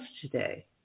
today